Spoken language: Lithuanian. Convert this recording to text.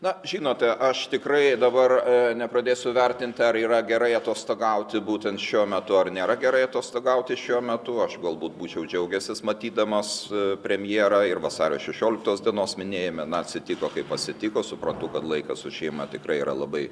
na žinote aš tikrai dabar nepradėsiu vertinti ar yra gerai atostogauti būtent šiuo metu ar nėra gerai atostogauti šiuo metu aš galbūt būčiau džiaugęsis matydamas premjerą ir vasario šešioliktos dienos minėjime na atsitiko kaip pasitiko supratau kad laikas su šeima tikrai yra labai